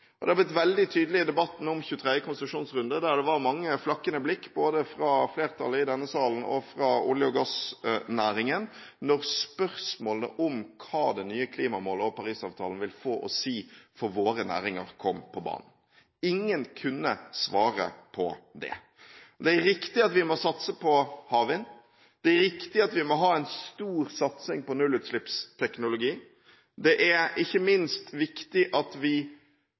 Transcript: Norge. Det har blitt veldig tydelig i debatten om 23. konsesjonsrunde. Det var mange flakkende blikk både fra flertallet i denne salen og fra olje- og gassnæringen da spørsmålet om hva det nye klimamålet og Paris-avtalen vil ha å si for våre næringer, kom på banen. Ingen kunne svare på det. Det er riktig at vi må satse på havvind, det er riktig at vi må ha en stor satsing på nullutslippsteknologi, og det er ikke minst viktig at vi